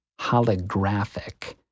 holographic